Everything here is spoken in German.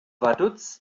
vaduz